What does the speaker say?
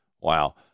Wow